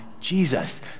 Jesus